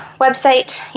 website